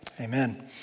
amen